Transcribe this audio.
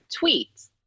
tweets